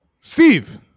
Steve